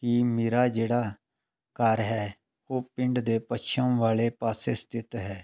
ਕਿ ਮੇਰਾ ਜਿਹੜਾ ਘਰ ਹੈ ਉਹ ਪਿੰਡ ਦੇ ਪੱਛਮ ਵਾਲੇ ਪਾਸੇ ਸਥਿਤ ਹੈ